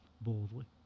boldly